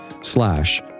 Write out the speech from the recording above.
slash